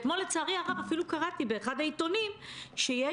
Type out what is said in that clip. אתמול לצערי הרב אפילו קראתי באחד העיתונים שיש